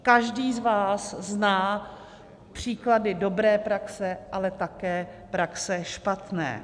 Každý z vás zná příklady dobré praxe, ale také praxe špatné.